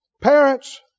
parents